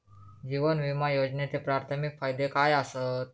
जीवन विमा योजनेचे प्राथमिक फायदे काय आसत?